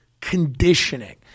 conditioning